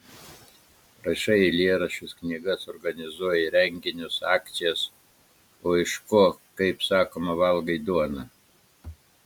rašai eilėraščius knygas organizuoji renginius akcijas o iš ko kaip sakoma valgai duoną